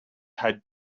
had